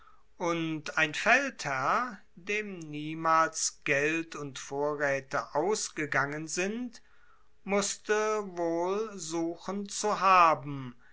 und ein feldherr dem niemals geld und vorraete ausgegangen sind musste wohl suchen zu haben